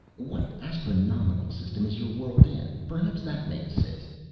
what astronomical system is your world in perhaps that may assist.